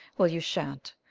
well, you shan't.